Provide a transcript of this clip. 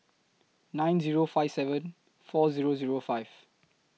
nine Zero five seven four Zero Zero five